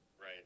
Right